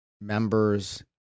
members